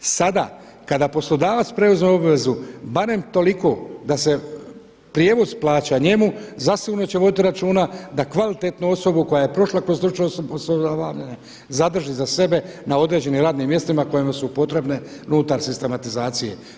Sada kada poslodavac preuzme obvezu barem toliko da se prijevoz plaća njemu zasigurno će voditi računa da kvalitetnu osobu koja prošla kroz stručno osposobljavanje zadrži za sebe na određenim radnim mjestima na kojima su potrebne unutar sistematizacije.